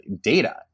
data